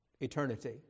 eternity